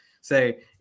say